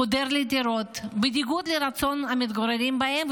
חודר לדירות בניגוד לרצון המתגוררים בהן,